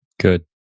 Good